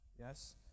yes